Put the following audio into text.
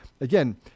again